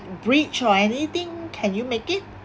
bridge or anything can you make it